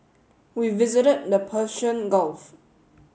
we visited the Persian Gulf